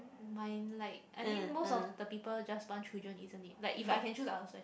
mind like I mean most of the people just want children isn't it like if I can choose I will